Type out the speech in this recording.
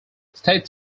state